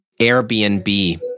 Airbnb